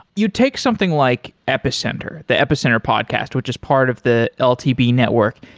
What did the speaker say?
you take something like epicenter, the epicenter podcast, which is part of the ltb network.